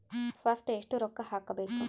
First ಎಷ್ಟು ರೊಕ್ಕ ಹಾಕಬೇಕು?